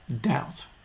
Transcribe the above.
doubt